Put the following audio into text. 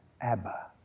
Abba